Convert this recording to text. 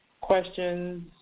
questions